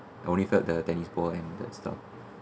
only felt the tennis ball and that stuff